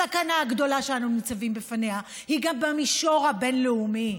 הסכנה הגדולה שאנו ניצבים בפניה היא גם במישור הבין-לאומי,